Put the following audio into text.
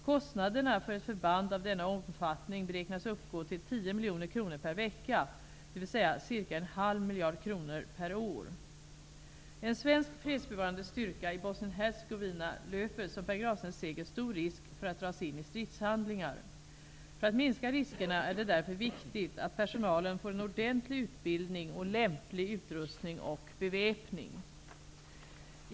Kostnaderna för ett förband av denna omfattning beräknas uppgå till 10 miljoner kronor per vecka, dvs. cirka en halv miljard kronor per år. Hercegovina löper, som Pär Grandstedt säger, stor risk för att dras in i stridshandlingar. För att minska riskerna är det därför viktigt att personalen får en ordentlig utbildning och lämplig utrustning och beväpning.